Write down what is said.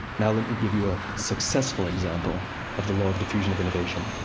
now let me give you a successful example of the law of diffusion of innovation.